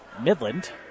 Midland